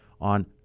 on